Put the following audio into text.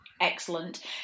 Excellent